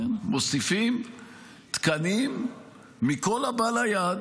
מוסיפים תקנים מכל הבא ליד,